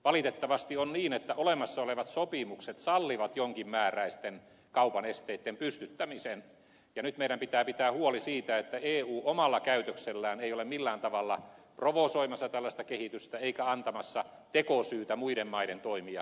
valitettavasti on niin että olemassa olevat sopimukset sallivat jonkinmääräisten kaupan esteitten pystyttämisen ja nyt meidän pitää pitää huoli siitä että eu omalla käytöksellään ei ole millään tavalla provosoimassa tällaista kehitystä eikä antamassa tekosyytä muiden maiden toimia tähän suuntaan